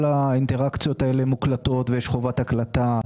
כל האינטראקציות האלה מוקלטות ויש חובת הקלטה.